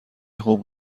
خوب